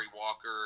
Walker